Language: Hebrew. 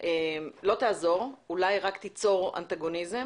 לא תעזור, אולי רק תיצור אנטגוניזם